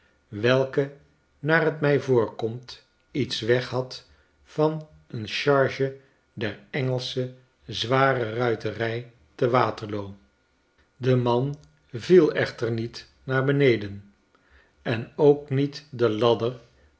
welke naar t mi voorkomt iets weghad van een charge der engelschez ware ruiterij te waterloo de man viel echter niet naar beneden en ook niet de ladder